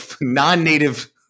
non-native